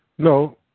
No